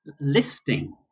listing